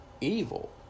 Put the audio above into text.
evil